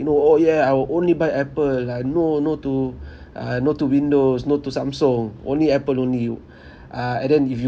you know oh yeah I will only buy apple like no no to uh no to windows no to samsung only apple only you uh and then if you